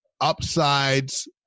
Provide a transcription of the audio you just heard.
upsides